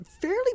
fairly